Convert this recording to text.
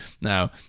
now